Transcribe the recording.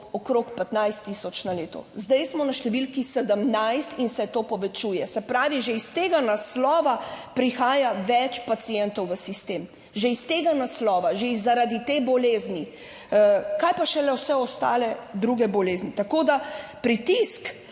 okrog 15000 na leto, zdaj smo na številki 17 in se to povečuje. Se pravi, že iz tega naslova prihaja več pacientov v sistem, že iz tega naslova, že zaradi te bolezni, kaj pa šele vse ostale druge bolezni. Tako da pritisk